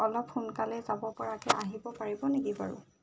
অলপ সোনকালে যাব পৰাকে আহিব পাৰিব নেকি বাৰু